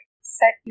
Set